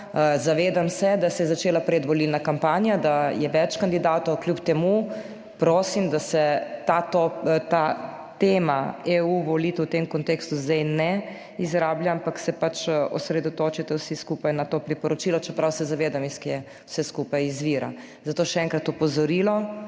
Zavedam se, da se je začela predvolilna kampanja, da je več kandidatov, kljub temu prosim, da se ta tema EU volitev v tem kontekstu zdaj ne izrablja, ampak se osredotočite vsi skupaj na to priporočilo, čeprav se zavedam iz kje vse skupaj izvira. Zato še enkrat opozorilo,